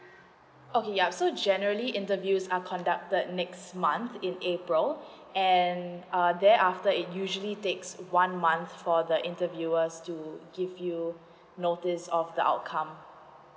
okay yup so generally interviews are conducted next month in april and uh thereafter it usually takes one month for the interviewer to give you notice of the outcome